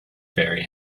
very